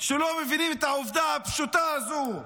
שלא מבינים את העובדה הפשוטה הזו.